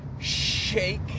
shake